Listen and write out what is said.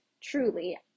truly